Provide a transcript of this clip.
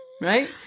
Right